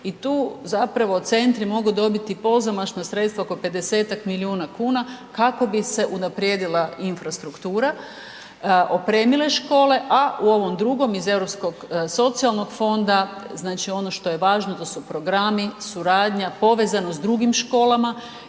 i tu zapravo centri mogu dobiti pozamašna sredstva oko 50-tak milijuna kuna kako bi se unaprijedila infrastruktura, opremile škole, a u ovom drugom iz Europskog socijalnog fonda, znači ono što je važno, to su programi, suradnja, povezanost s drugim školama,